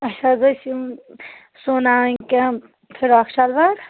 اَسہِ حظ أسۍ یِم سُوناوٕنۍ کیٚنٛہہ فِراک شلوار